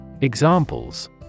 Examples